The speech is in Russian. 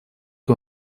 что